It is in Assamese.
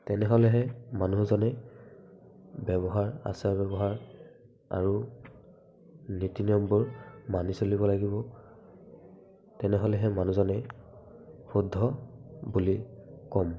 তেনেহ'লেহে মানুহজনে ব্যৱহাৰ আচাৰ ব্যৱহাৰ আৰু নীতি নিয়মবোৰ মানি চলিব লাগিব তেনেহ'লেহে মানুহজনক শুদ্ধ বুলি ক'ম